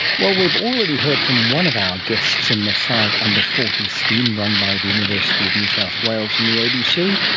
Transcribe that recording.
well, we've already heard from one of our guests in the five under forty scheme run by the university of new south wales and the abc,